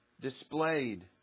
displayed